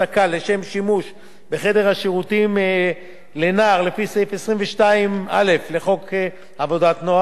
לשם שימוש בחדר שירותים לנער לפי סעיף 22א לחוק עבודת הנוער,